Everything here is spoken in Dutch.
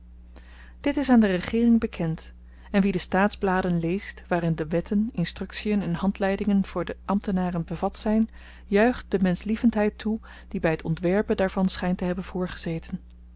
dit is aan de regeering bekend en wie de staatsbladen leest waarin de wetten instruktien en handleidingen voor de ambtenaren bevat zyn juicht de menschlievendheid toe die by het ontwerpen daarvan schynt te hebben